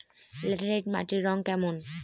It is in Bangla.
ল্যাটেরাইট মাটির রং কেমন?